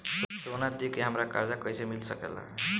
सोना दे के हमरा कर्जा कईसे मिल सकेला?